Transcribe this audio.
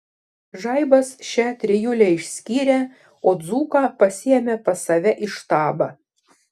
žaibas šią trijulę išskyrė o dzūką pasiėmė pas save į štabą